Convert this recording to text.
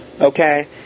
okay